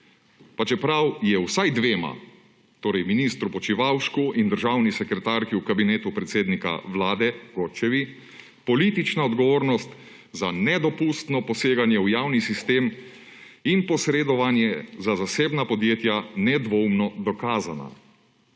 čeprav je vsaj dvema, torej ministru Počivalšku in državni sekretarki v kabinetu predsednika vlade Godčevi, politična odgovornost za nedopustno poseganje v javni sistem in posredovanje za zasebna podjetja nedvoumno dokazana.